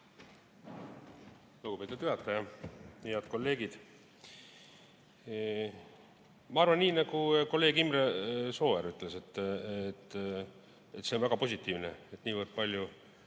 Lugupeetud juhataja! Head kolleegid! Ma arvan, nii nagu kolleeg Imre Sooäär ütles, et see on väga positiivne, et niivõrd palju